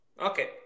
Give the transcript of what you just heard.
okay